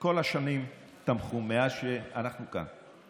וכל השנים תמכו, מאז שאנחנו כאן.